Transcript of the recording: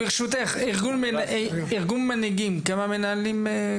ברשותך, כמה מנהלים מונה ארגון המנהיגים?